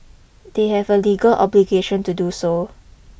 they have a legal obligation to do so